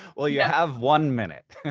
well you have one minute.